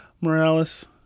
Morales